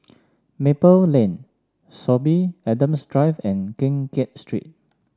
Maple Lane Sorby Adams Drive and Keng Kiat Street